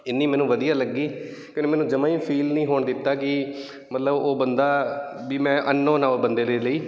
ਇੰਨੀਆਂ ਮੈਨੂੰ ਵਧੀਆ ਲੱਗੀਆਂ ਕਿ ਉਹਨੇ ਮੈਨੂੰ ਜਮਾਂ ਹੀ ਫੀਲ ਨਹੀਂ ਹੋਣ ਦਿੱਤਾ ਕਿ ਮਤਲਬ ਉਹ ਬੰਦਾ ਵੀ ਮੈਂ ਅਨਨੋਨ ਆ ਉਹ ਬੰਦੇ ਦੇ ਲਈ